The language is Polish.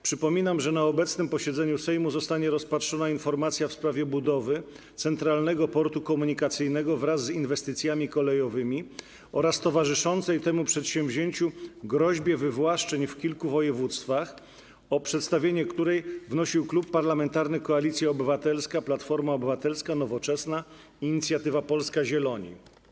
Przypominam, że na obecnym posiedzeniu Sejmu zostanie rozpatrzona informacja w sprawie budowy Centralnego Portu Komunikacyjnego wraz z inwestycjami kolejowymi oraz towarzyszącej temu przedsięwzięciu groźby wywłaszczeń w kilku województwach, o przedstawienie której wnosił Klub Parlamentarny Koalicja Obywatelska - Platforma Obywatelska, Nowoczesna, Inicjatywa Polska, Zieloni.